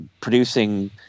producing